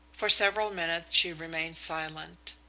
for several minutes she remained silent.